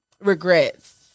regrets